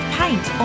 paint